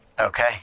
okay